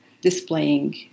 displaying